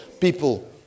people